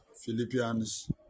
Philippians